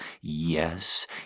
Yes